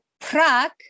Prague